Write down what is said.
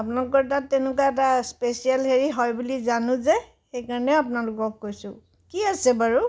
আপোনালোকৰ তাত তেনেকুৱা এটা স্পেচিয়েল হেৰি হয় বুলি জানোঁ যে সেইকাৰণে আপোনালোকক কৈছোঁ কি আছে বাৰু